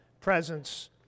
presence